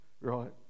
right